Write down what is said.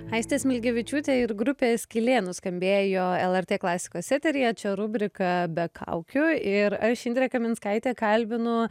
aistė smilgevičiūtė ir grupė skylė nuskambėjo lrt klasikos eteryje čia rubrika be kaukių ir iš indrė kaminskaitė kalbinu